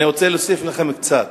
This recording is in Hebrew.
אני רוצה להוסיף לכם קצת: